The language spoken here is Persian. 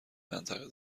منطقه